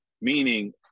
meaning